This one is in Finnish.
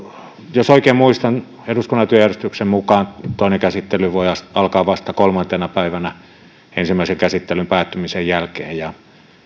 jos oikein muistan eduskunnan työjärjestyksen mukaan toinen käsittely voi alkaa vasta kolmantena päivänä ensimmäisen käsittelyn päättymisen jälkeen ja